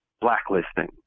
blacklisting